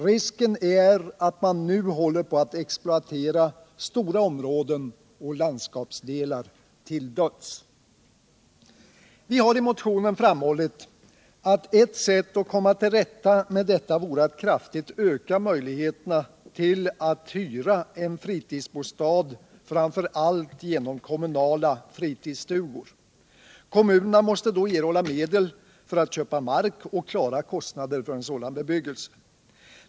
Risken är att man nu håller på att exploatera stora områden och landskapsdelar till döds. Vi har i motionen framhållit att ett sätt att komma till rätta med detta vore att kraftigt öka möjligheterna att hyra en fritidsbostad, framför allt genom kommunala fritidsstugor. Kommunerna måste då erhålla medel för att köpa mark och till att klara kostnaderna för en sådan bebyggelse.